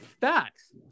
facts